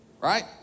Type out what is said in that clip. right